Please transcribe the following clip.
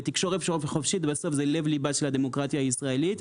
ובסוף תקשורת חופשית זה לב לבה של הדמוקרטיה הישראלית,